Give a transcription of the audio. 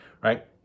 right